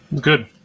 Good